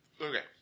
Okay